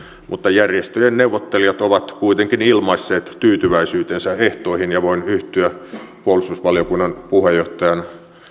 mutta järjestöjen neuvottelijat ovat kuitenkin ilmaisseet tyytyväisyytensä ehtoihin ja voin yhtyä puolustusvaliokunnan puheenjohtajan